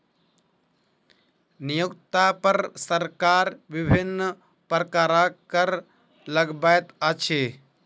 नियोक्ता पर सरकार विभिन्न प्रकारक कर लगबैत अछि